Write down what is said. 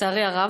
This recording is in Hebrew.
לצערי הרב,